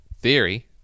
theory